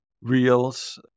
reels